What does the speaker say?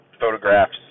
photographs